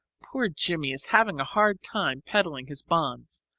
poor jimmie is having a hard time peddling his bonds.